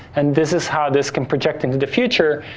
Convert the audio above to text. and this is how this can project into the future,